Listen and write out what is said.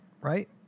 right